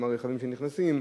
עם הרכבים שנכנסים,